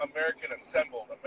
American-assembled